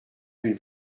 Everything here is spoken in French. d’une